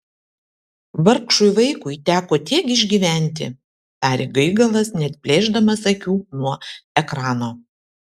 vargšui vaikui teko tiek išgyventi tarė gaigalas neatplėšdamas akių nuo ekrano